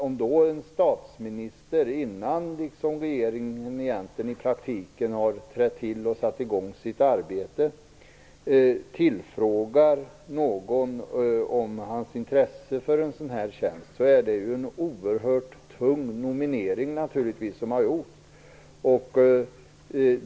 Om en statsminister, innan regeringen i praktiken har tillträtt och satt i gång sitt arbete, frågar någon om hans intresse för en sådan här tjänst är det naturligtvis en oerhört tung nominering som han därmed gör.